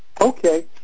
Okay